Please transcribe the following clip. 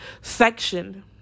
section